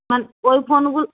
আর ওই ফোনগুলো